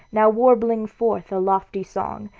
now warbling forth a lofty song,